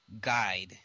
guide